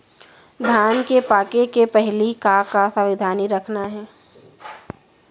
धान के पके के पहिली का का सावधानी रखना हे?